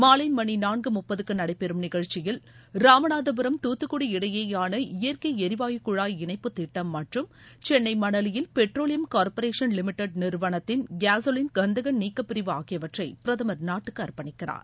மாலை மணி நான்கு முப்பதுக்கு நடைபெறும் நிகழ்ச்சியில் ராமநாதபுரம் துத்துக்குடி இடையேயான இயற்கை எரிவாயு குழாய் இணைப்புத் திட்டம் மற்றும் சென்னை மணலியில் பெட்ரோலியம் கார்ப்பரேஷன் லிடெட் நிறுவனத்தின் கேசோலின் கந்தக நீக்கப் பிரிவு ஆகியவற்றை பிரதமர் நாட்டுக்கு அர்ப்பணிக்கிறார்